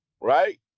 right